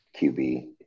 QB